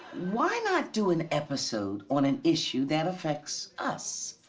why not do an episode on an issue that affects us,